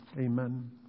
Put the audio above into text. amen